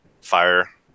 fire